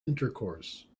intercourse